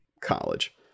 college